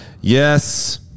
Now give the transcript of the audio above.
Yes